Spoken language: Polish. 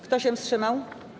Kto się wstrzymał?